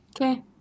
Okay